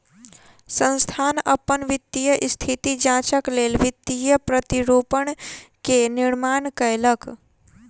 संस्थान अपन वित्तीय स्थिति जांचक लेल वित्तीय प्रतिरूपण के निर्माण कयलक